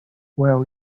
well